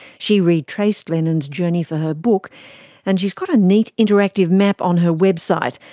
she retraced lenin's journey for her book and she's got a neat interactive map on her website.